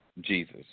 jesus